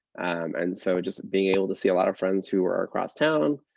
and so, just being able to see a lot of friends who are are across town,